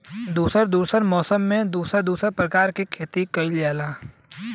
दुसर दुसर मौसम में दुसर दुसर परकार के खेती कइल जाला